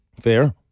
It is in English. Fair